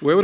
U EU